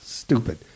Stupid